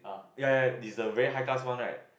ya ya it's the very high class one right